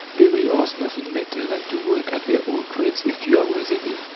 they will ask nothing better than to work at their old trades a few hours a day.